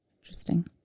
interesting